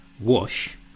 wash